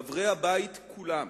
חברי הבית כולם,